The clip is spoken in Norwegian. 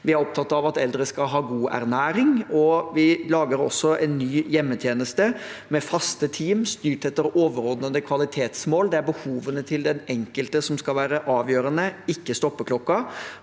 Vi er opptatt av at eldre skal ha god ernæring, og vi lager en ny hjemmetjeneste med faste team styrt etter overordnede kvalitetsmål. Det er behovene til den enkelte som skal være avgjørende, ikke stoppeklokken,